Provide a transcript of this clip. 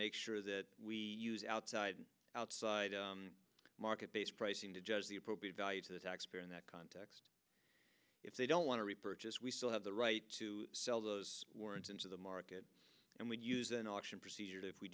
make sure that we use outside outside market based pricing to judge the appropriate value to the taxpayer in that context if they don't want to repurchase we still have the right to sell those warrants into the market and we use an option procedure t